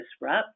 disrupt